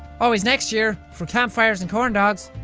always next year. for campfires and corndogs.